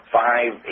five